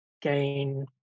gain